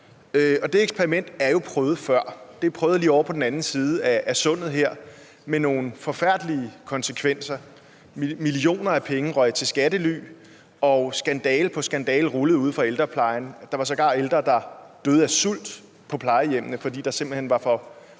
det eksperiment er jo prøvet før. Det er prøvet lige ovre på den anden side af sundet her med nogle forfærdelige konsekvenser til følge. Millioner af kroner røg til skattely, og skandale på skandale rullede inden for ældreplejen. Der var sågar ældre, der døde af sult på plejehjemmene, fordi der simpelt hen var for